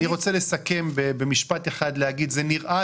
אני רוצה לסכם במשפט אחד ולומר שזה נראה